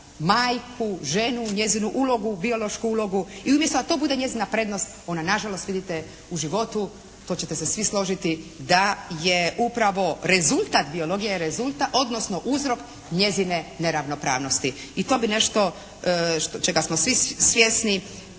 majku, ženu, njezinu ulogu, biološku ulogu i umjesto da to bude njezina prednost ona nažalost vidite u životu, to ćete se svi složiti, da je upravo rezultat, biologija je rezultat odnosno uzrok njezine neravnopravnosti. I to bi nešto čega smo svi svjesni